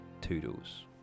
Toodles